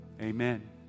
Amen